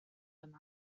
yma